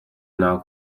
now